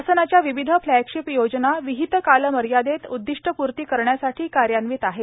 शासनाच्या विविध फ्लॅगशिप योजना विहित कालमर्यादेत उददिष्टपूर्ती करण्यासाठी कार्यान्वीत आहेत